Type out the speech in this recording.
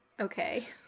Okay